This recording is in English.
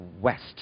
West